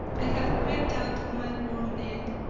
i have crept out of my warm bed,